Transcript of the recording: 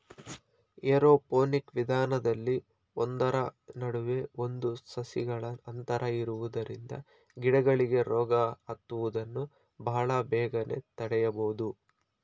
aeroponic ವಿಧಾನದಲ್ಲಿ ಒಂದರ ನಡುವೆ ಒಂದು ಸಸಿಗಳ ಅಂತರ ಇರುವುದರಿಂದ ಗಿಡಗಳಿಗೆ ರೋಗ ಹತ್ತುವುದನ್ನು ಬಹಳ ಬೇಗನೆ ತಡೆಯಬೋದು